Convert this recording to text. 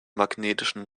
magnetischen